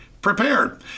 prepared